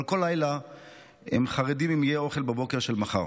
אבל כל לילה הם חרדים אם יהיה אוכל בבוקר של מחר.